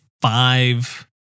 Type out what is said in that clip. five